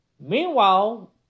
Meanwhile